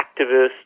activists